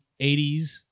80s